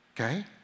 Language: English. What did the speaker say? Okay